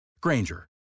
Granger